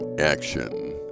action